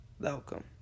Welcome